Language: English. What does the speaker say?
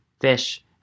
fish